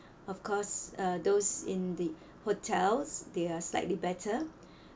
of course uh those in the hotels they are slightly better